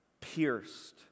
pierced